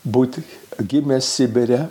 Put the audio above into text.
būti gimęs sibire